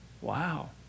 Wow